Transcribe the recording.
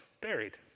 buried